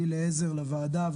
אני לעזר לוועדה,